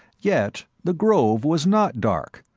yet the grove was not dark,